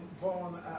born